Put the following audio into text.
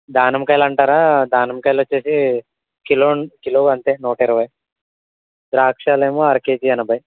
దానిమ్మకాయలు అంటారా దానిమ్మకాయలు వచ్చి కిలో కిలో అంటే నూట ఇరవై ద్రాక్ష ఏమో అర కేజీ ఎనభై